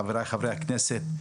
חבריי חברי הכנסת.